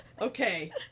Okay